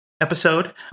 episode